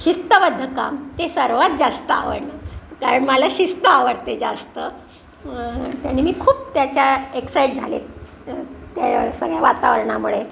शिस्तबद्ध काम ते सर्वात जास्त आवडलं कारण मला शिस्त आवडते जास्त त्याने मी खूप त्याच्या एक्साईट झाले त्या सगळ्या वातावरणामुळे